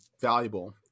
valuable